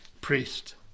priest